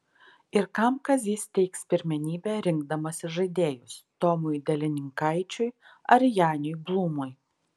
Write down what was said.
ir kam kazys teiks pirmenybę rinkdamasis žaidėjus tomui delininkaičiui ar janiui blūmui